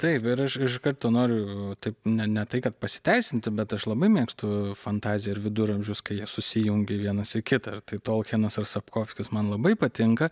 taip ir aš iš karto noriu taip ne ne tai kad pasiteisinti bet aš labai mėgstu fantaziją ir viduramžius kai jie susijungia vienas į kitą tai tolkienas ir sapkovskis man labai patinka